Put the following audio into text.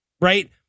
Right